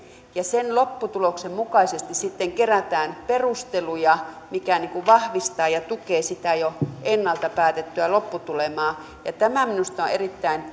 ja sen lopputuloksen mukaisesti sitten kerätään perusteluja mitkä vahvistavat ja tukevat sitä jo ennalta päätettyä lopputulemaa tämä on minusta erittäin